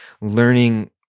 learning